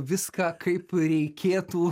viską kaip reikėtų